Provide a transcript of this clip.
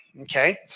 okay